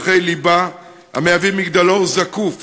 ערכי ליבה המהווים מגדלור זקוף